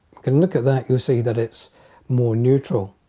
can look at that you'll see that it's more neutral.